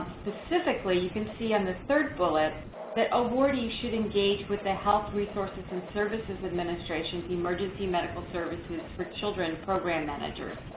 specifically, you can see on the third bullet that awardees should engage with the health resources and services administration's emergency medical services for children program managers.